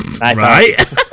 Right